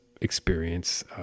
experience